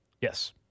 Yes